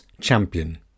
champion